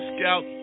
Scout